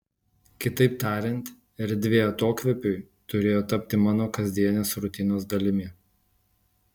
kitaip tariant erdvė atokvėpiui turėjo tapti mano kasdienės rutinos dalimi